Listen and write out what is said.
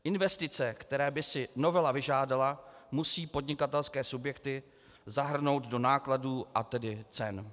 Investice, které by si novela vyžádala, musí podnikatelské subjekty zahrnout do nákladů, a tedy cen.